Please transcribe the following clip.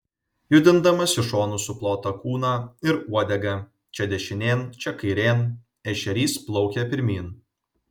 judindamas iš šonų suplotą kūną ir uodegą čia dešinėn čia kairėn ešerys plaukia pirmyn